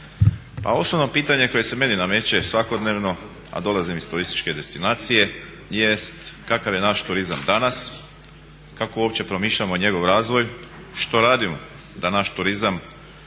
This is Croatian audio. Pa osnovno pitanje koje se meni nameće svakodnevno a dolazim iz turističke destinacije jest kakav je naš turizam danas, kako uopće promišljamo njegov razvoj, što radimo da naš turizam